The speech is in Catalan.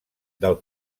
del